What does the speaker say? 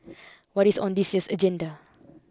what is on this year's agenda